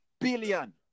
billion